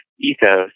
ethos